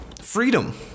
freedom